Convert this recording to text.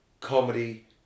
comedy